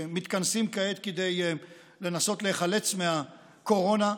שמתכנסים כעת כדי לנסות להיחלץ מהקורונה,